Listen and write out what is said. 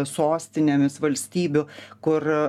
sostinėmis valstybių kur